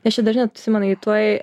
nes čia dar žinot simonai tuoj